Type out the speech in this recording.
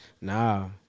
Nah